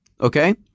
Okay